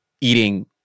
eating